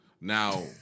Now